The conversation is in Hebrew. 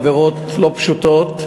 עבירות לא פשוטות,